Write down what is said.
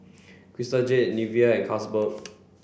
Crystal Jade Nivea and Carlsberg